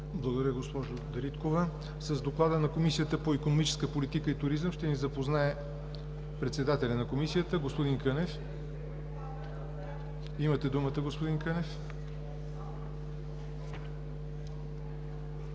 Благодаря, госпожо Дариткова. С доклада на Комисията по икономическа политика и туризъм ще ни запознае председателят на Комисията господин Кънев. Имате думата, господин Кънев.